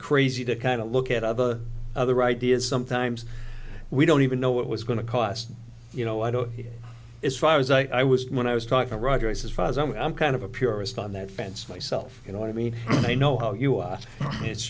crazy to kind of look at other other ideas sometimes we don't even know what was going to cost you know i don't know if i was i was when i was talking roger as far as i'm kind of a purist on that fence myself you know what i mean i know how you are it's